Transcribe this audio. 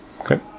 Okay